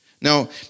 Now